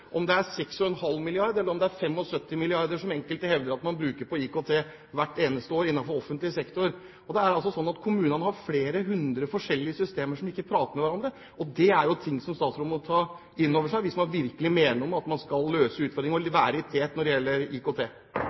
om det er 6,5 mrd. kr, eller om det er 75 mrd. kr, som enkelte hevder at man bruker på IKT hvert eneste år innenfor offentlig sektor. Det er altså sånn at kommunene har flere hundre forskjellige systemer som ikke prater med hverandre. Det er jo noe som statsråden må ta inn over seg, hvis man virkelig mener man skal løse utfordringene og være i tet når det gjelder IKT.